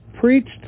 preached